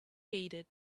heeded